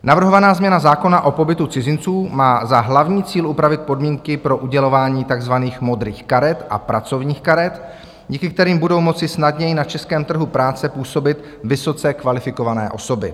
Navrhovaná změna zákona o pobytu cizinců má za hlavní cíl upravit podmínky pro udělování takzvaných modrých karet a pracovních karet, díky kterým budou moci snadněji na českém trhu práce působit vysoce kvalifikované osoby.